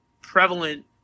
prevalent